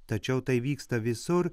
tačiau tai vyksta visur